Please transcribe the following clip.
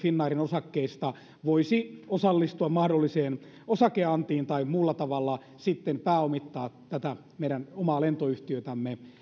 finnairin osakkeista voisi osallistua mahdolliseen osakeantiin tai sitten muulla tavalla pääomittaa tätä meidän omaa lentoyhtiötämme